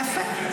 יפה.